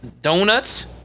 Donuts